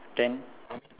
ten